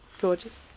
Gorgeous